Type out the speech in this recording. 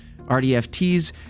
RDFTs